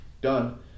done